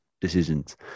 decisions